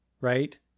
right